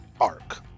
arc